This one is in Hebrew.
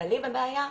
בכללי בבעיה.